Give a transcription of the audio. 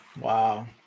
Wow